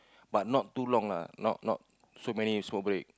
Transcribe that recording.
but not too long lah not not so many so big